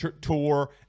tour